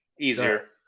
easier